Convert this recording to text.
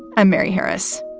i'm mary harris.